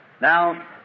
Now